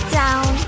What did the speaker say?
down